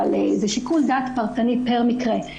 אבל זה שיקול דעת פרטני לגבי כל מקרה ומקרה.